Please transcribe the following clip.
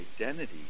identity